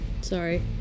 Sorry